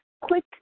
quick